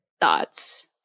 thoughts